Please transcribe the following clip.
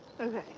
Okay